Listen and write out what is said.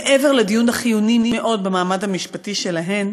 מעבר לדיון החיוני מאוד במעמד המשפטי שלהן,